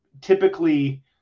typically